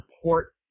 support